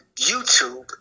youtube